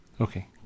Okay